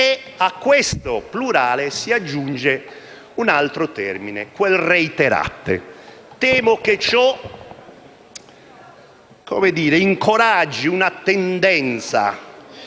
e a questo plurale si aggiunge un altro termine: «reiterate». Temo che ciò incoraggi una tendenza